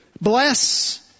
Bless